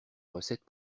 recette